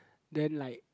then like